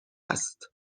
است